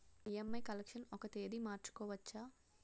EMI collection ఒక తేదీ మార్చుకోవచ్చా?